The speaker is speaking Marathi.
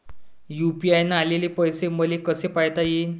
यू.पी.आय न आलेले पैसे मले कसे पायता येईन?